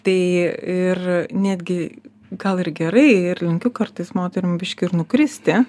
tai ir netgi gal ir gerai ir linkiu kartais moterim biškį ir nukristi